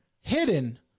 Hidden